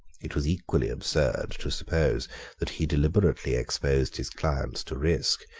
it was equally absurd to suppose that he deliberately exposed his clients to risk,